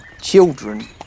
Children